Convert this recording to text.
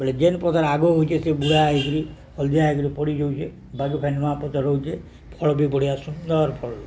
ବୋଲେ ଯେନ୍ ପତର୍ ଆଗ ହଉଛେ ସେ ବୁଢ଼ା ହେଇକିରି ହଳଦିଆ ହେଇକିରି ପଡ଼ିଯାଉଛେ ବାକି ଫୁଣି ନୂଆ ପତର୍ ହେଉଛେ ଫଳ ବି ବଢ଼ିଆ ସୁନ୍ଦର ଫଳ